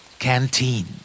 Canteen